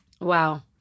Wow